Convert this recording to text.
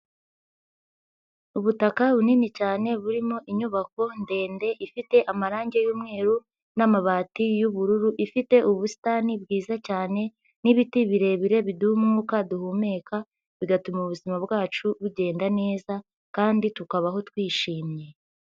Ubutaka bunini cyane burimo inyubako ndende ifite amarangi y'umweru n'amabati y'ubururu, ifite ubusitani bwiza cyane n'ibiti birebire biduha umwuka duhumeka bigatuma ubuzima bwacu bugenda neza kandi tukabaho twishimye.